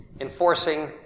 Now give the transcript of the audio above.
enforcing